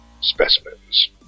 specimens